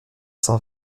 cent